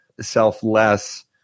selfless